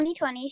2020